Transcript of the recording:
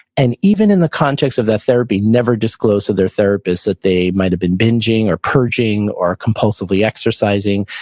and even in the context of that therapy, never disclosed to their therapist that they might've been binging or purging, or compulsively exercising,